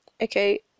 okay